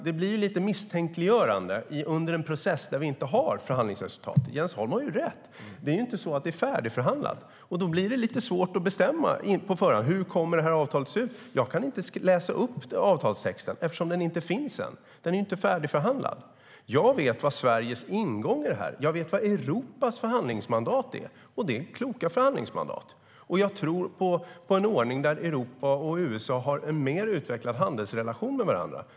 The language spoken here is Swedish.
Det blir lite misstänkliggörande med de här frågorna under en process där vi inte har förhandlingsresultat. Jens Holm har ju rätt. Det är inte färdigförhandlat, och då blir det lite svårt att bestämma på förhand hur avtalet kommer att se ut. Jag kan inte läsa upp avtalstexten eftersom den inte finns än. Den är ju inte färdigförhandlad. Jag vet vad Sveriges ingång i det här är. Jag vet vad Europas förhandlingsmandat är. Det är kloka förhandlingsmandat. Jag tror på en ordning där Europa och USA har en mer utvecklad handelsrelation med varandra.